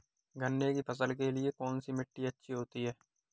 गन्ने की फसल के लिए कौनसी मिट्टी अच्छी होती है?